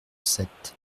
sept